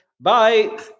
Bye